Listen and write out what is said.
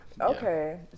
Okay